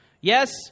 Yes